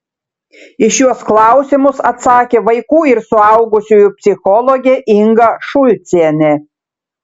į šiuos klausimus atsakė vaikų ir suaugusiųjų psichologė inga šulcienė